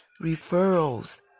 referrals